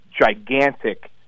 gigantic